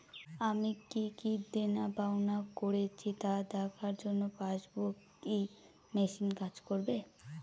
আমি কি কি দেনাপাওনা করেছি তা দেখার জন্য পাসবুক ই মেশিন কাজ করবে?